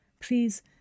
Please